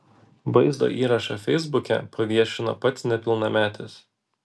vaizdo įrašą feisbuke paviešino pats nepilnametis